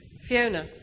Fiona